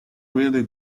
really